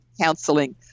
counseling